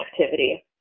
activity